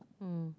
mm